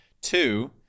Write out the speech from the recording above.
Two